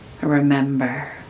Remember